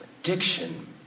Addiction